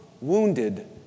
wounded